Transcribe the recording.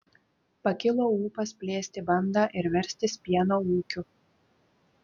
pakilo ūpas plėsti bandą ir verstis pieno ūkiu